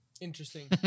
Interesting